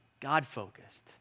God-focused